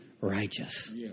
righteous